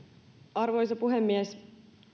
arvoisa puhemies